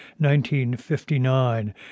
1959